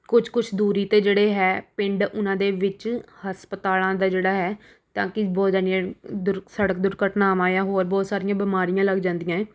ਕੁਛ ਕੁਛ ਦੂਰੀ 'ਤੇ ਜਿਹੜੇ ਹੈ ਪਿੰਡ ਉਨ੍ਹਾਂ ਦੇ ਵਿੱਚ ਹਸਪਤਾਲਾਂ ਦਾ ਜਿਹੜਾ ਹੈ ਤਾਂ ਕਿ ਬਹੁਤ ਯਾਨੀ ਦੁਰ ਸੜਕ ਦੁਰਘਟਨਾਵਾਂ ਜਾਂ ਹੋਰ ਬਹੁਤ ਸਾਰੀਆਂ ਬਿਮਾਰੀਆਂ ਲੱਗ ਜਾਂਦੀਆ ਹੈ